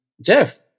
Jeff